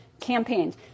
campaigns